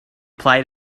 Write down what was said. played